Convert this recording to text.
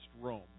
Rome